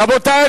רבותי,